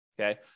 Okay